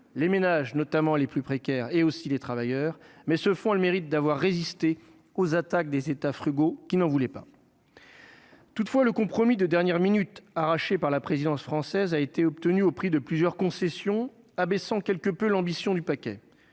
les ménages, notamment les plus précaires, et aussi les travailleurs mais ce fonds a le mérite d'avoir résisté aux attaques des États frugaux qui n'en voulait pas. Toutefois, le compromis de dernière minute arraché par la présidence française a été obtenue au prix de plusieurs concessions abaissant quelque peu l'ambition du paquet,